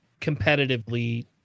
competitively